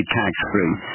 tax-free